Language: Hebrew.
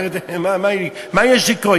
אחרת מה יש לקרוא?